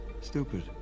stupid